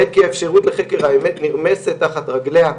עת כי האפשרות לחקר האמת נרמסת תחת רגליה,